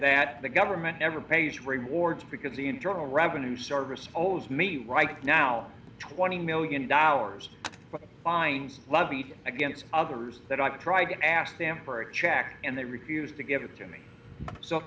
that the government never pays rewards because the internal revenue service owes me right now twenty million dollars fines levied against others that i've tried ask them for a check and they refuse to give it to me so